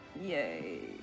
Yay